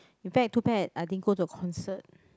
in fact too bad I didn't go to concert